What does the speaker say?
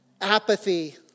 apathy